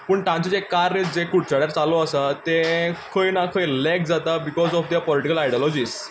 पूण ताचें जें कार्य जें कुडचड्यार चालू आसा तें खंय ना खंय लॅग जाता because of their political ideologies